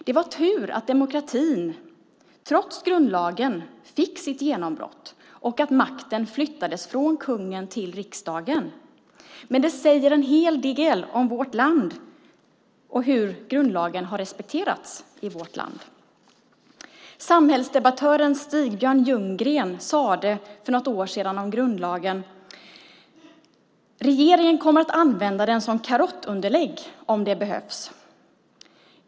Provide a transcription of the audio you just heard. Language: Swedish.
Det var tur att demokratin trots grundlagen fick sitt genombrott och att makten flyttades från kungen till riksdagen. Men det säger en hel del om vårt land och hur grundlagen har respekterats i vårt land. Samhällsdebattören Stig-Björn Ljunggren sade för något år sedan om grundlagen: Regeringen kommer att använda den som karottunderlägg om det behövs.